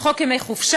הצעת חוק עבודת נשים (תיקון מס' 54)